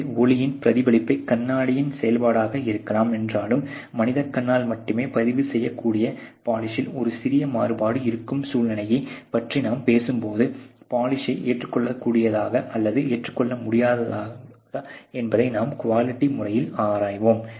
இது ஒளியின் பிரதிபலிப்பு கண்ணாடியின் செயல்பாடாக இருக்கலாம் என்றாலும் மனிதக் கண்ணால் மட்டுமே பதிவு செய்யக்கூடிய பொலிஷில் ஒரு சிறிய மாறுபாடு இருக்கும் சூழ்நிலையைப் பற்றி நாம் பேசும்போது பொலிஷ் ஏற்றுக்கொள்ளத்தக்கதா அல்லது ஏற்றுக்கொள்ள முடியாததா என்பதை நாம் குவாலிட்டி முறையில் ஆராய்வோம்